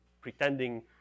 pretending